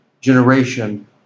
generation